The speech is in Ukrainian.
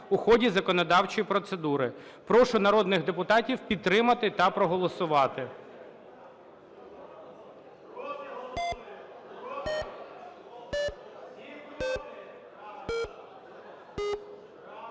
у ході законодавчої процедури. Прошу народних депутатів підтримати та проголосувати.